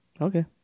Okay